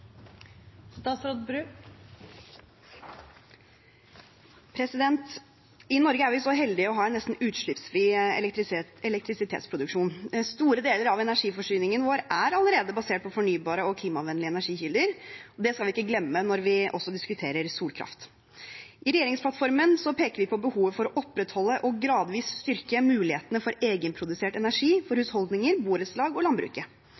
vi så heldige å ha en nesten utslippsfri elektrisitetsproduksjon. Store deler av energiforsyningen vår er allerede basert på fornybare og klimavennlige energikilder – det skal vi ikke glemme når vi diskuterer solkraft. I regjeringsplattformen peker vi på behovet for å opprettholde og gradvis styrke mulighetene for egenprodusert energi for husholdninger, borettslag og